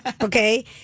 Okay